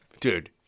Dude